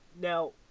Now